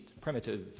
primitive